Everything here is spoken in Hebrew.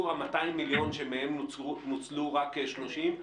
200 המיליון שמהם נוצלו רק כ-30.